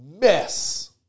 mess